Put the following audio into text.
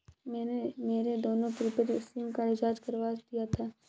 मैंने मेरे दोनों प्रीपेड सिम का रिचार्ज करवा दिया था